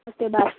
okay bye